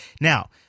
Now